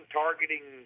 targeting